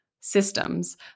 Systems